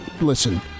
listen